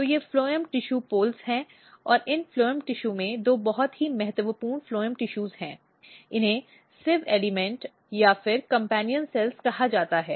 तो ये phloem tissue pole हैं और इस फ्लोएम टिशू में दो बहुत ही महत्वपूर्ण फ्लोएम टिशू हैं इन्हें सिव एल्इमॅन्ट और फिर कम्पेन्यन सेल्स कहा जाता है